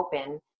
open